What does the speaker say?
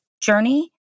journey